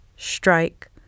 strike